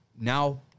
now